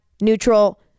neutral